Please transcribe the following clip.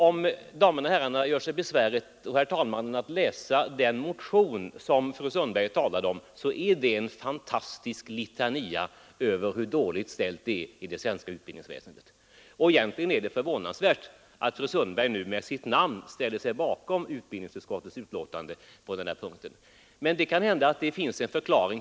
Om damerna och herrarna gör sig besväret att läsa den motion som fru Sundberg talade om, så skall ni finna att den är en gnällig litania över hur dåligt ställt det är i det svenska utbildningsväsendet. Egentligen är det förvånansvärt att fru Sundberg nu med sitt namn ställer sig bakom utbildningsutskottets betänkande på den här punkten, men det kan hända att det finns en förklaring.